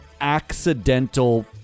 accidental